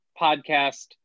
podcast